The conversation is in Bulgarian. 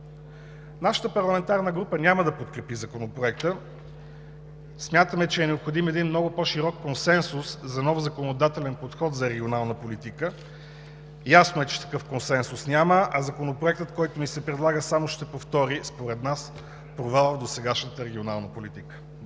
Нашата парламентарна група няма да подкрепи Законопроекта. Смятаме, че е необходим един много по-широк консенсус за нов законодателен подход за регионална политика. Ясно е, че такъв консенсус няма, а Законопроектът, който ни се предлага, само ще повтори според нас провала в досегашната регионална политика.